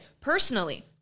Personally